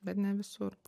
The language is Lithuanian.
bet ne visur